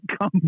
come